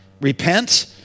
Repent